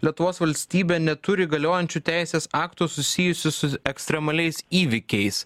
lietuvos valstybė neturi galiojančių teisės aktų susijusių su ekstremaliais įvykiais